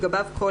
תקנה 29 אושרה.